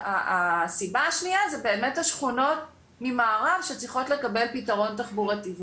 הסיבה השנייה זה באמת השכונות ממערב שצריכות לקבל פתרון תחבורתי.